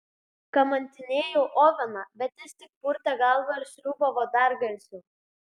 kamantinėjau oveną bet jis tik purtė galvą ir sriūbavo dar garsiau